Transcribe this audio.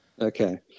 okay